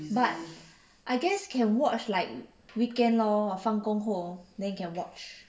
but I guess can watch like weekend lor 我放工后 then can watch